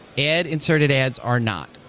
ad inserted ads are not.